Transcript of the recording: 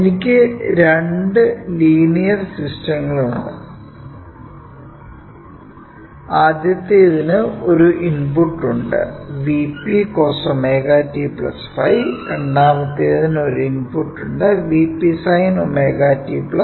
എനിക്ക് രണ്ട് ലീനിയർ സിസ്റ്റങ്ങളുണ്ട് ആദ്യത്തേതിന് ഒരു ഇൻപുട്ട് ഉണ്ട് Vp cos ωt ϕ രണ്ടാമത്തേതിന് ഒരു ഇൻപുട്ട് ഉണ്ട് Vp sin ωt ϕ